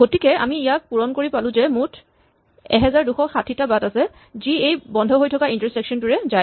গতিকে আমি ইয়াক পূৰণ কৰি পালো যে মুঠ ১২৬০ টা বাট আছে যি এই বন্ধ হৈ থকা ইন্টাৰছেকচন টোৰে যায়